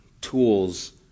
tools